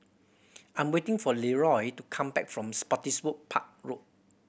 I'm waiting for Leeroy to come back from Spottiswoode Park Road